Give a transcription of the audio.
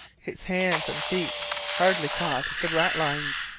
his hands and feet hardly caught the ratlines.